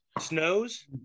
snows